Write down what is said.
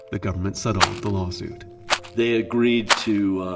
the government settled the lawsuit they agreed to